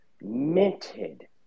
minted